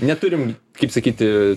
neturim kaip sakyti